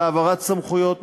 על העברת סמכויות,